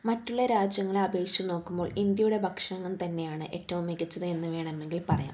മറ്റുള്ള രാജ്യങ്ങളെ അപേക്ഷിച്ച് നോക്കുമ്പോൾ ഇന്ത്യയുടെ ഭക്ഷണം തന്നെയാണ് ഏറ്റവും മികച്ചത് എന്ന് വേണമെങ്കിൽ പറയാം